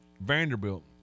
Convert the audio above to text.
Vanderbilt